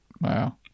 Wow